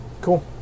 Cool